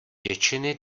většiny